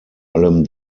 allem